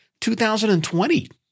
2020